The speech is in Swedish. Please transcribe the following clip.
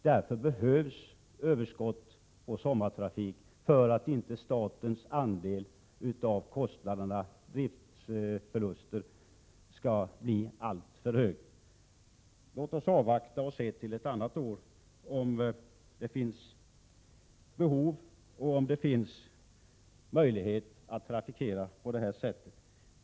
Därför behövs överskott på sommartrafik för att inte statens andel av driftsförlusterna skall bli alltför hög. Låt oss avvakta till ett annat år för att se behovet och möjligheterna att trafikera på detta sätt.